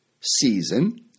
season